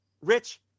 Rich